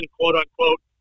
quote-unquote